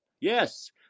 Yes